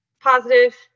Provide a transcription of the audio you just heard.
positive